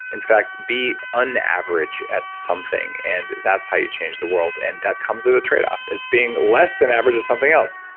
in fact, be unaverage at something and that's how you the world. and that comes at a trade off. it's being less than average at something else.